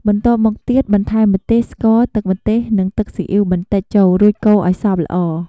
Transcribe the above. បន្ទាប់មកទៀតបន្ថែម ម្ទេស ស្ករ ទឹកម្ទេស និង ទឹកស៊ីអ៉ីវបន្តិចចូល រួចកូរឱ្យសព្វល្អ។